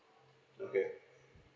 okay